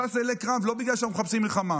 שש אלי קרב, ולא בגלל שאנחנו מחפשים מלחמה.